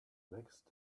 next